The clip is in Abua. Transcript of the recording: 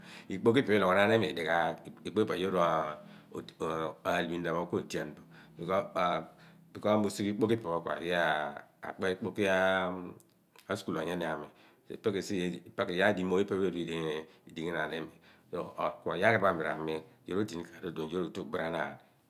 Ikpoki pho ipe iloghonaan iimi dianaagh, ikpoki pho ipe pho goor aal bo ihna phno ku ozlian bo io mi usughe ikpori pho ipe pho ku mi aghi akpi ikpoki phno ipi pho aghi akpi kpoki askul onyani aami epi ku esh epe ku iyaar di ikpoki imiri iph pho ipe pho idigninaan iimi ku oyaghiri pho anu ami imii ni ka annlon yoor ko/gboranaan.